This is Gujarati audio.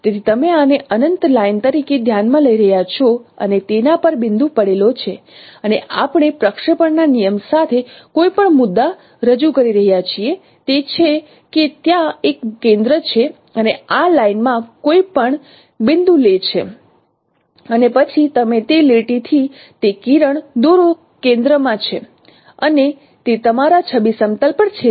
તેથી તમે આને અનંત લાઇન તરીકે ધ્યાનમાં લઈ રહ્યા છો અને તેના પર બિંદુ પડેલો છે અને આપણે પ્રક્ષેપણના નિયમ સાથે કોઈ પણ મુદ્દા રજૂ કરી રહ્યા છીએ તે છે કે ત્યાં એક કેન્દ્ર છે અને આ લાઇન માં કોઈપણ બિંદુ લે છે અને પછી તમે તે લીટીથી તે કિરણ દોરો કેન્દ્ર માં છે અને તે તમારા છબી સમતલ પર છેદે છે